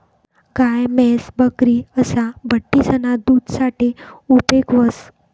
गाय, म्हैस, बकरी असा बठ्ठीसना दूध साठे उपेग व्हस